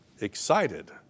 excited